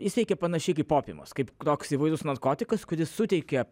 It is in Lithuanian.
jis veikia panašiai kaip upiumas kaip toks įvairus narkotikas kuris suteikia